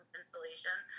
installation